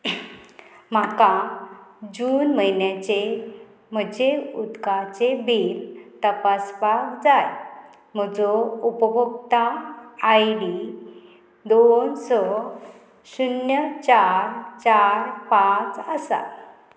म्हाका जून म्हयन्याचे म्हजे उदकाचें बील तपासपाक जाय म्हजो उपभोक्ता आय डी दोन स शुन्य चार चार पांच आसा